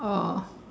oh